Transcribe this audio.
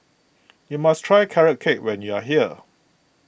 you must try Carrot Cake when you are here